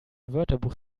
wörterbuch